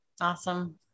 Awesome